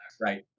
right